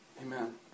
Amen